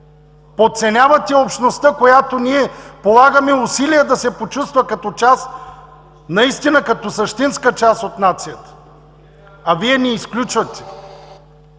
подценявате общността, за която ние полагаме усилия да се почувства като част, наистина като същинска част от нацията! А Вие ни изключвате.